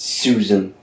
susan